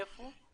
איפה?